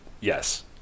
Yes